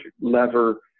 lever